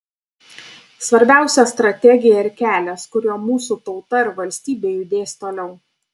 svarbiausia strategija ir kelias kuriuo mūsų tauta ir valstybė judės toliau